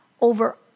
over